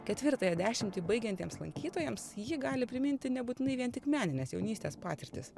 ketvirtąją dešimtį baigiantiems lankytojams ji gali priminti nebūtinai vien tik meninės jaunystės patirtis